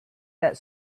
that